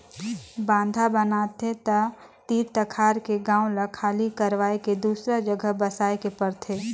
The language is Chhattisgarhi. बांधा बनाथे त तीर तखार के गांव ल खाली करवाये के दूसर जघा बसाए के परथे